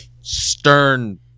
stern